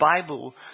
Bible